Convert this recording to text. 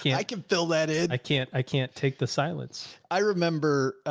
can't, i can't fill that in. i can't, i can't take the silence. i remember, ah,